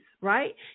right